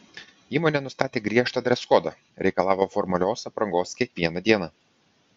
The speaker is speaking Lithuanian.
įmonė nustatė griežtą dreskodą reikalavo formalios aprangos kiekvieną dieną